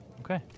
Okay